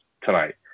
tonight